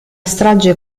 strage